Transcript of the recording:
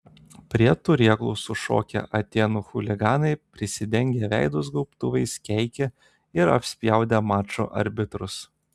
prie turėklų sušokę atėnų chuliganai prisidengę veidus gaubtuvais keikė ir apspjaudė mačo arbitrus